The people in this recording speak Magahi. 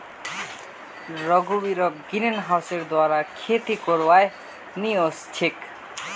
रघुवीरक ग्रीनहाउसेर द्वारा खेती करवा नइ ओस छेक